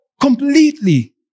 completely